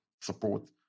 support